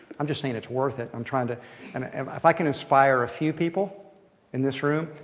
i'm just saying it's worth it. i'm trying to and ah um if i can inspire a few people in this room,